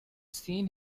seen